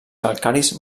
calcaris